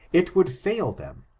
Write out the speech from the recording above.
it would fail them.